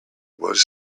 was